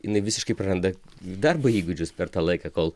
jinai visiškai praranda darbo įgūdžius per tą laiką kol